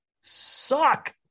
suck